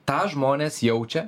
tą žmonės jaučia